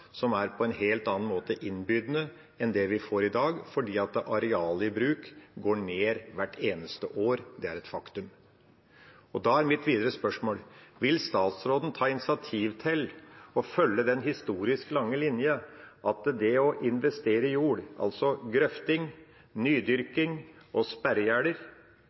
som er innbydende på en helt annen måte enn det vi får i dag, fordi areal i bruk går ned hvert eneste år. Det er et faktum. Da er mitt videre spørsmål: Vil statsråden ta initiativ til å følge den historisk lange linja der det å investere i jord, altså grøfting, nydyrking og sperregjerder,